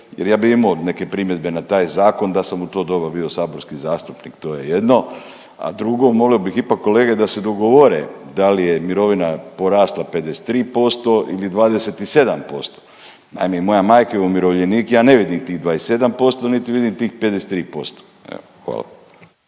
jer ja bi imao neke primjedbe na taj zakon da sam u to doba bio saborski zastupnik, to je jedno, a drugo, mogle bi ipak kolege da se dogovore da li je mirovina porasla 53% ili 27%, naime i moja majka je umirovljenik, ja ne vidim tih 27%, niti vidim tih 53%, evo